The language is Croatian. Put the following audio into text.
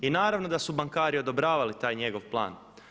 I naravno da su bankari odobravali taj njegov plan.